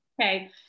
Okay